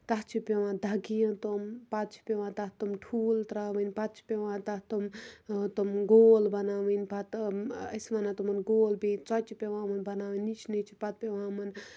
تَتھ چھِ پیٚوان دَگہِ تِم پتہٕ چھِ پیٚوان تَتھ تِم تھوٗل ترٛاوٕنۍ پتہٕ چھِ پیوان تَتھ تِم گول بَناوٕنۍ پتہٕ أسۍ وَنان تِمن گول بیٚیہِ ژۄچہِ پیوان یِمَن بَناوٕنۍ نِچہِ نِچہِ پتہٕ پیوان یِمَن